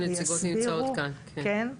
הנציגות נמצאות כאן, כן.